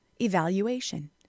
evaluation